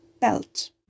belt